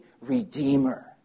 Redeemer